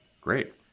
great